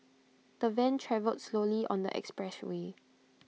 the van travelled slowly on the expressway